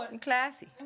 Classy